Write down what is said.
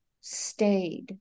stayed